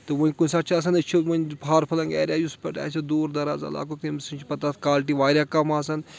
تہٕ وۄنۍ کُنہِ ساتہٕ چھِ آسان أسۍ چھِ وۄنۍ فارفلنٛگ ایریا یُس پَتہٕ آسہِ دوٗر دَرازٕ علاقُک تٔمۍ سۭتۍ چھِ پَتہٕ تَتھ کالٹی واریاہ کَم آسان